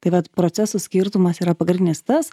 tai vat proceso skirtumas yra pagrindinis tas